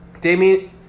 Damien